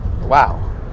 wow